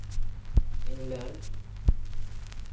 England